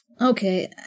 Okay